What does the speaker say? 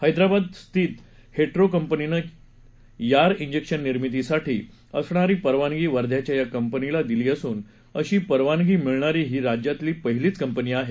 हैदराबाद स्थित हेटरो कंपनीने यार जिक्शन निर्मितीसाठी असणारी परवानगी वध्याच्या या कंपनीला दिली असून अशी परवानगी मिळणारी ही राज्यातील पहिलीच कंपनी आहे